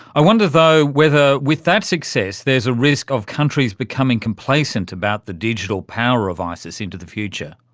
i wonder though whether with that success there is a risk of countries becoming complacent about the digital power of isis into the future.